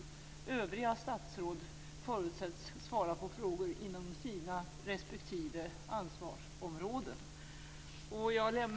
Övriga statsråd förutsätts svara på frågor inom sina respektive ansvarsområden.